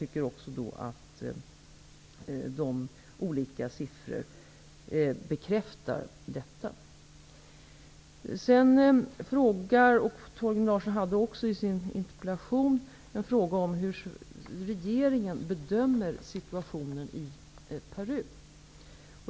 De olika siffrorna bekräftar detta. Torgny Larsson ställde också i sin interpellation en fråga om hur regeringen bedömer situationen i Peru.